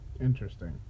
interesting